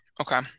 Okay